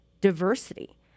diversity